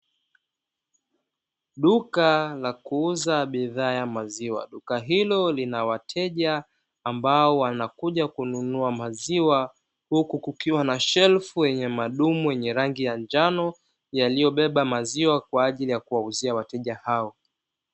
Duka la kuuza bidhaa ya maziwa, duka hilo lina wateja ambao wanakuja kununua maziwa, huku kukiwa na shelfu yenye madumu yenye rangi ya njano, yaliyobeba maziwa kwa ajili ya kuwauzia wateja hao.